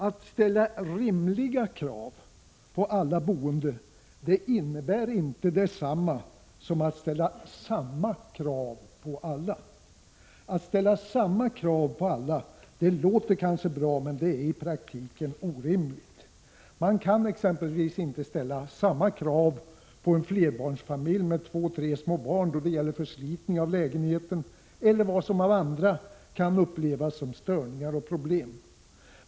Att ställa rimliga krav på alla boende innebär inte detsamma som att ställa samma krav på alla! Att ställa samma krav på alla låter kanske bra men är i praktiken orimligt! Man kan exempelvis inte ställa samma krav på en flerbarnsfamilj med två tre små barn då det gäller förslitning av lägenheten eller vad som av andra upplevs som störningar och problem.